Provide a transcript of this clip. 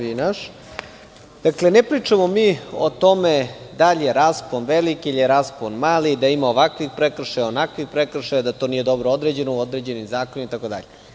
Ne pričamo mi o tome da li je raspon veliki ili je raspon mali, da ima ovakvih prekršaja, onakvih prekršaja, da to nije dobro odrađeno u određenim zakonima itd.